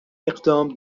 اقدام